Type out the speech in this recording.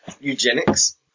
Eugenics